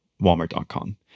walmart.com